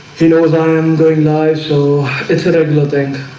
she knows i am going live so it's a regular thing